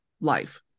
life